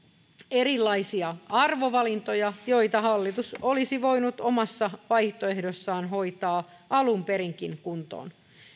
erilaisia arvovalintoja joita hallitus olisi voinut omassa vaihtoehdossaan hoitaa alun perinkin kuntoon